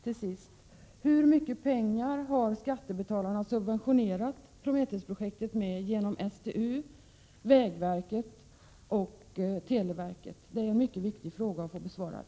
Till sist: Hur mycket pengar har skattebetalarna subventionerat Prometheusprojektet med genom STU, vägverket och televerket? Det är mycket viktigt att få denna fråga besvarad.